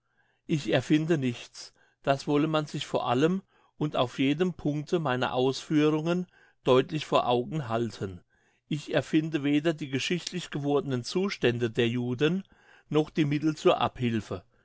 ich erfinde nichts das wolle man sich vor allem und auf jedem punkte meiner ausführungen deutlich vor augen halten ich erfinde weder die geschichtlich gewordenen zustände der juden noch die mittel zur abhilfe